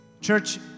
Church